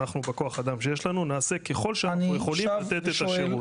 בכוח האדם שיש לנו אנחנו נעשה ככל שאנחנו יכולים לתת את השירות.